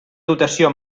dotació